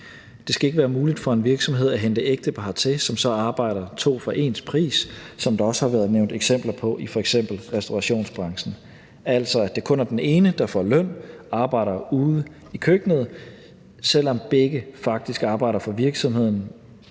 Det skal ikke være muligt for en virksomhed at hente ægtepar hertil, som så arbejder to for ens pris, som der også har været nævnt eksempler på i f.eks. restaurationsbranchen, altså at det kun er den ene, der får løn, som arbejder ude i køkkenet, selv om begge faktisk arbejder for virksomheden